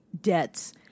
debts